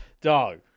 Dog